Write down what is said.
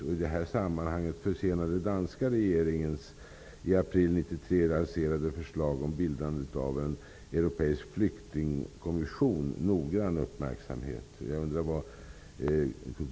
I det här sammanhanget förtjänar den danska regeringens i april 1993 lanserade förslag om bildandet av en europeisk flyktingkommission noggrann uppmärksamhet.